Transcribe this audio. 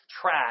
track